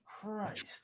Christ